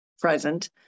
present